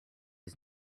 his